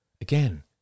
Again